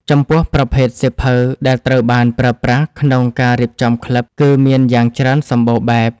ចំពោះ ប្រភេទសៀវភៅដែលត្រូវបានប្រើប្រាស់ក្នុងការរៀបចំក្លឹប គឺមានយ៉ាងច្រើនសម្បូរបែប។